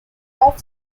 off